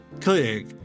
Click